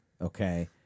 okay